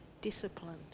disciplined